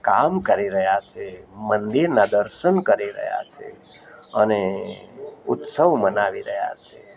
કામ કરી રહ્યા છે મંદિરનાં દર્શન કરી રહ્યા છે અને ઉત્સવ મનાવી રહ્યા છે